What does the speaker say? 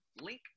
link